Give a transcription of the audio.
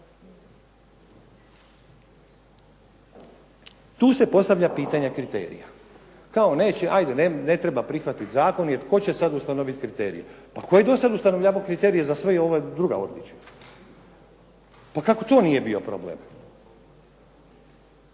Tu se postavlja pitanje kriterija. Kao neće, hajde ne treba prihvatiti zakon jer tko će sad ustanoviti kriterije? Pa tko je do sad ustanovljavao kriteriji za sve i ova druga odličja? Pa kako to nije bio problem?